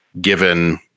given